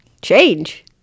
Change